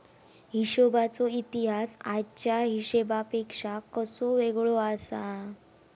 हिशोबाचो इतिहास आजच्या हिशेबापेक्षा कसो वेगळो आसा?